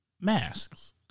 masks